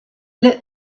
lit